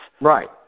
Right